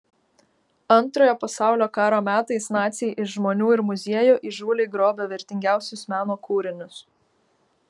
antrojo pasaulio karo metais naciai iš žmonių ir muziejų įžūliai grobė vertingiausius meno kūrinius